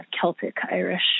Celtic-Irish